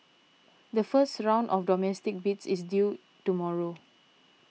the first round of domestic bids is due tomorrow